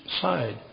side